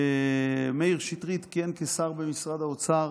כשמאיר שטרית כיהן כשר במשרד האוצר,